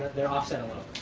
they're offset a little.